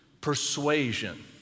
Persuasion